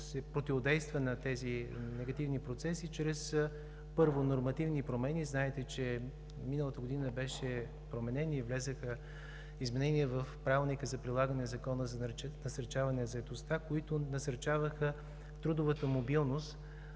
на тези негативни процеси чрез, първо, нормативни промени. Знаете, че миналата година беше променен и влязоха изменения в Правилника за прилагане на Закона за насърчаване на заетостта, които насърчаваха трудовата мобилност